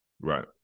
Right